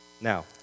Now